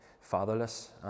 fatherless